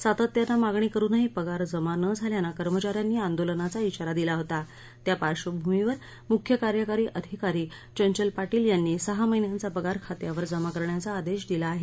सातत्यानं मागणी करुनही पगार जमा न झाल्यानं कर्मचा यांनी आंदोलनाचा इशारा दिला होता त्या पार्श्वभूमीवर मुख्य कार्यकारी अधिकारी चंचल पाटिल यांनी सहा महिन्यांचा पगार खात्यावर जमा करण्याचा आदेश दिला आहे